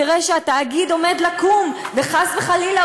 כשהוא יראה שהתהליך עומד לקום ואולי